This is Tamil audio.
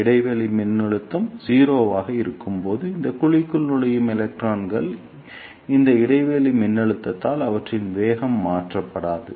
இடைவெளி மின்னழுத்தம் 0 ஆக இருக்கும்போது இந்த குழிக்குள் நுழையும் எலக்ட்ரான்கள் இந்த இடைவெளி மின்னழுத்தத்தால் அவற்றின் வேகம் மாற்றப்படாது